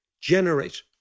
generate